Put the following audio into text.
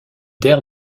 der